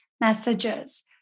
messages